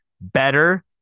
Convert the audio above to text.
better